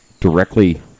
directly